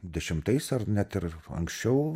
dešimtais ar net ir anksčiau